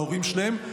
מההורים שלהם,